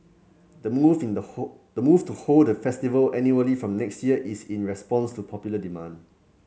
the move in the the move to hold the festival annually from next year is in response to popular demand